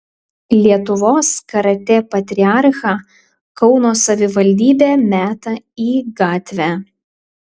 lietuvos karatė patriarchą kauno savivaldybė meta į gatvę